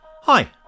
Hi